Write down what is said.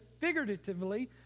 figuratively